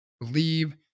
believe